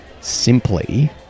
simply